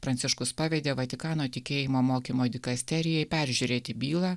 pranciškus pavedė vatikano tikėjimo mokymo dikasterijai peržiūrėti bylą